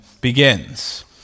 begins